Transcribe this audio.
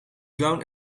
clown